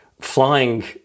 flying